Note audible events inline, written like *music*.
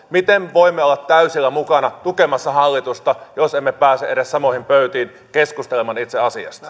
miten voimme olla täysillä mukana tukemassa hallitusta jos emme pääse edes samoihin pöytiin keskustelemaan itse asiasta *unintelligible*